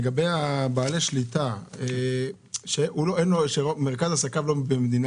לגבי בעל שליטה שמרכז עסקיו לא במדינה